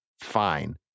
fine